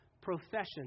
professions